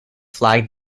flagged